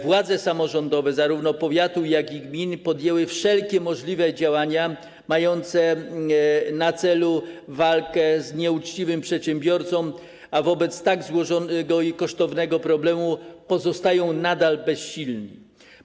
Władze samorządowe zarówno powiatu, jak i gminy podjęły wszelkie możliwe działania mające na celu walkę z nieuczciwym przedsiębiorcą, ale wobec tak złożonego i kosztownego problemu pozostają nadal bezsilne.